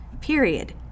period